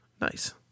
Nice